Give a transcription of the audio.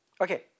Okay